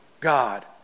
God